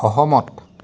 সহমত